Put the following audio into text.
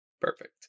Perfect